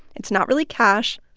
it's not really cash.